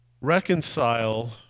reconcile